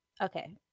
Okay